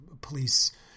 police